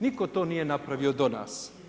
Nitko to nije napravio do nas!